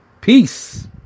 Peace